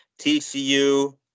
TCU